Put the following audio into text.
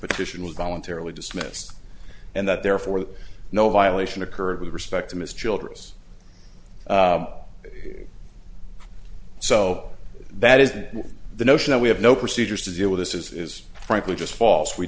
petition was voluntarily dismissed and that therefore no violation occurred with respect to mr childress so that is the notion that we have no procedures to deal with this is is frankly just false we